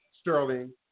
Sterling